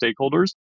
stakeholders